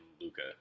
Luca